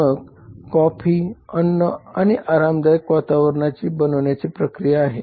मग कॉफी अन्न आणि आरामदायक वातावरण बनवण्याची प्रक्रिया आहे